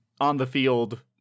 on-the-field